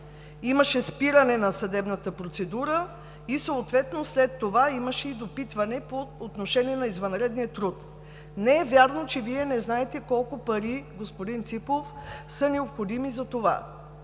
Имаше спиране на съдебната процедура и съответно след това имаше и допитване по отношение на извънредния труд. Не е вярно, че Вие не знаете колко пари, господин Ципов, са необходими за това.